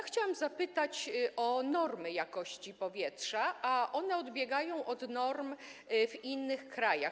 Chciałabym zapytać o normy jakości powietrza, bo one odbiegają od norm w innych krajach.